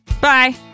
Bye